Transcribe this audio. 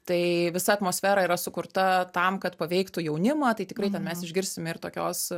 tai visa atmosfera yra sukurta tam kad paveiktų jaunimą tai tikrai ten mes išgirsime ir tokios